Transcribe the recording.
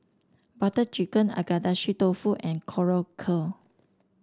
Butter Chicken Agedashi Dofu and Korokke